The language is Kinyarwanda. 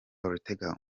ortega